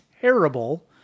terrible